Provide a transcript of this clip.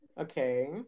Okay